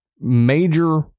major